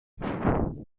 party